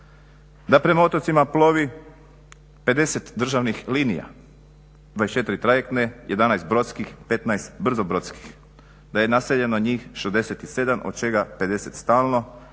da prema otocima plovi 50 državnih linija, 24 trajektne, 11 brodskih, 15 brzobrodskih, da je naseljeno njih 67 od čega 50 stalno,